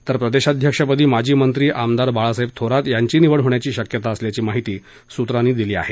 तर प्रदेशाध्यक्षपदी माजी मंत्री आमदार बाळासाहेब थोरात यांची निवड होण्याची शक्यता असल्याची माहिती सुत्रांनी दिली आहे